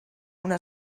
una